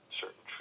certain